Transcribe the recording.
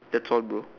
that's all bro